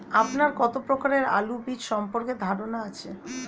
আপনার কত প্রকারের আলু বীজ সম্পর্কে ধারনা আছে?